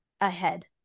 ahead